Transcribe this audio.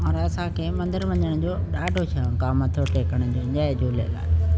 और असांखे मंदिर वञण जो ॾाढी शौंकु आहे मथो टेकण जो जय झूलेलाल